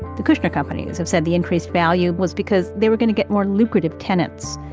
the kushner companies have said the increased value was because they were going to get more lucrative tenants.